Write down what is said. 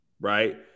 right